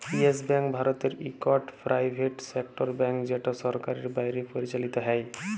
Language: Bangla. ইয়েস ব্যাংক ভারতের ইকট পেরাইভেট সেক্টর ব্যাংক যেট সরকারের বাইরে পরিচালিত হ্যয়